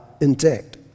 intact